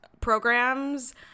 programs